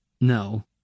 No